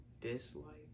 dislike